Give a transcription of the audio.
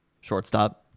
Shortstop